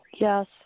Yes